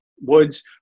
Woods